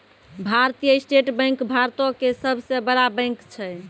भारतीय state bank भारतो के सभ से बड़ा बैंक छै